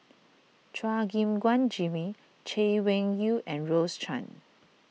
Chua Gim Guan Jimmy Chay Weng Yew and Rose Chan